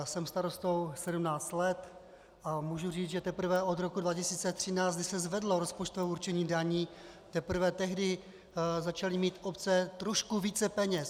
Jsem starostou sedmnáct let a můžu říct, že teprve od roku 2013, kdy se zvedlo rozpočtové určení daní, teprve tehdy začaly mít obce trošku více peněz.